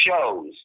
shows